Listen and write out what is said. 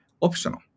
optional